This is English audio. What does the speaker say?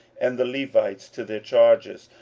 and the levites to their charges,